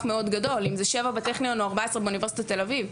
גדול מאוד אם זה שבע בטכניון או 14 באוניברסיטת תל אביב,